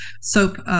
soap